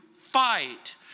fight